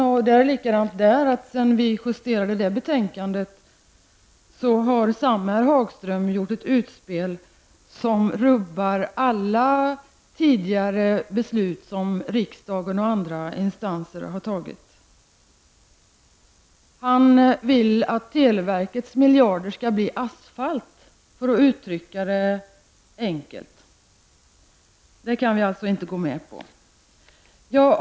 Det är på samma sätt i fråga om det, dvs. att sedan vi justerade det betänkandet har samme herr Hagström gjort ett utspel som rubbar alla tidigare beslut som riksdagen och andra instanser har fattat. Tony Hagström vill att televerkets miljarder skall bli asfalt, för att uttrycka det enkelt. Det kan vi alltså inte gå med på.